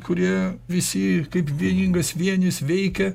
kurie visi kaip vieningas vienis veikia